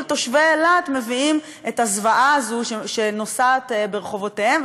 תושבי אילת מביאים את הזוועה הזו שנוסעת ברחובותיהם.